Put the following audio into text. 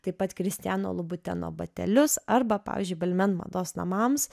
taip pat kristiano lubuteno batelius arba pavyzdžiui balmain mados namams